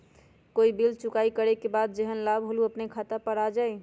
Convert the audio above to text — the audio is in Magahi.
कोई बिल चुकाई करे के बाद जेहन लाभ होल उ अपने खाता पर आ जाई?